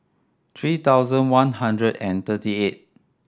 three thousand one hundred and thirty eight